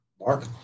Mark